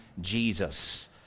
Jesus